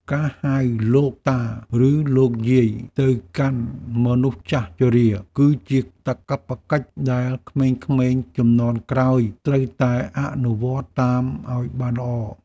ការហៅលោកតាឬលោកយាយទៅកាន់មនុស្សចាស់ជរា គឺជាកាតព្វកិច្ចដែលក្មេងៗជំនាន់ក្រោយត្រូវតែអនុវត្តតាមឱ្យបានល្អ។